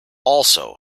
also